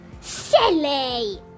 Silly